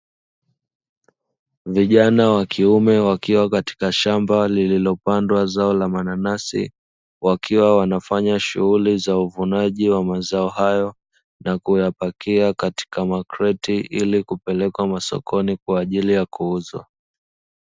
Vijana wa kiume wakiwa kwenye shamba lililopandwa zao la mananasi wakiwa wanafanya shughuli za uvunaji wa mazao hayo, na kuyapakia kwenye makreti ili kuyapeleka masokoni kwa ajili ya kuuzwa.